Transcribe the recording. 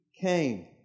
came